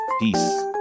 Peace